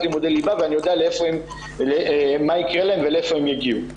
לימודי ליב"ה ואני יודע מה יקרה להם ולאיפה הם יגיעו.